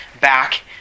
back